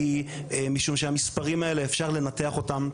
משום שהמספרים האלה אפשר לנתח אותם.